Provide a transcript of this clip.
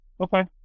Okay